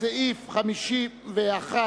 סעיף 47 עבר,